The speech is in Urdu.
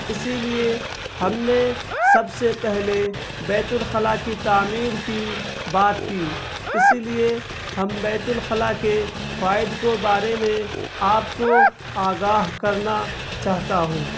اسی لیے ہم نے سب سے پہلے بیت الخلاء کی تعمیر کی بات کی اسی لیے ہم بیت الخلاء کے فوائد کو بارے میں آپ کو آگاہ کرنا چاہتا ہوں